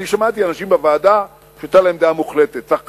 שמעתי אנשים בוועדה שהיתה להם דעה מוחלטת שצריך